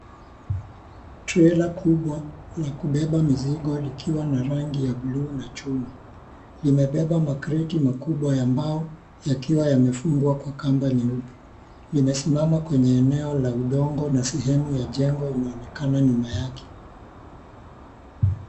Trela kubwa ya kubeba mizigo likiwa na rangi ya blue na chuma. Limebeba makreti makubwa ya mbao yakiwa yamefungwa kwa kamba nyeupe. 𝐿imesimama kwenye eneo la udongo na sehemu ya jengo inaonekana nyuma yake.